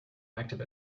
active